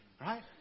right